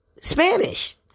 Spanish